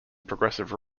progressive